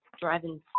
driving